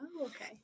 okay